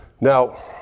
Now